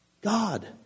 God